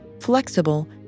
flexible